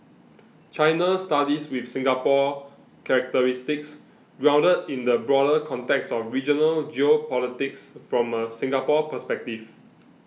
China studies with Singapore characteristics grounded in the broader context of regional geopolitics from a Singapore perspective